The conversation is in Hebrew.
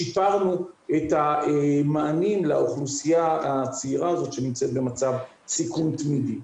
שיפרנו את המענים לאוכלוסייה הצעירה הזאת שנמצאת במצב סיכון תמידי.